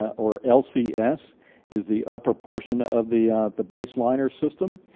or lcs is the upper portion of the the base liner system,